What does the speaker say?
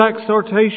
exhortation